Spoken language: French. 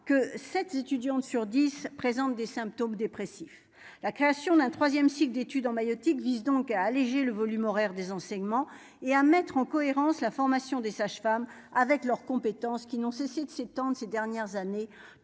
que cette étudiante sur 10 présentent des symptômes dépressifs, la création d'un 3ème cycle d'études en maïeutique vise donc à alléger le volume horaire des enseignements et à mettre en cohérence, la formation des sages-femmes avec leurs compétences, qui n'ont cessé de s'étendent ces dernières années,